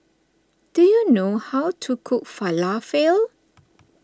do you know how to cook Falafel